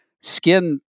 skin